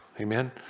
Amen